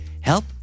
Help